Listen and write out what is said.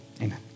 amen